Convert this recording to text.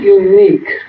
unique